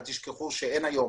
אל תשכחו שאין היום